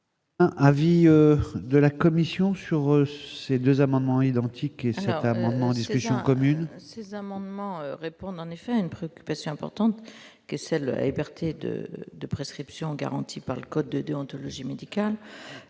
Avis de la Commission sur ces 2 amendements identiques, et certains en discussion commune. Ces amendements répondent en effet une préoccupation importante que celle, et verte et de de prescription garantis par le code de déontologie médicale